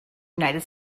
united